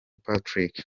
patrick